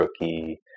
rookie